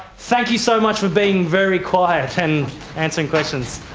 thank you so much for being very quiet and answering questions.